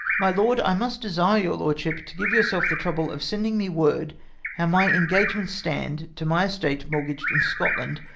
my lord, a i must desire your lordship to give yourself the trouble of sending me word how my engagements stand to my estate mortgaged in scotland,